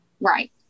Right